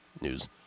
News